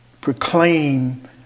proclaim